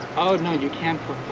oh no you can,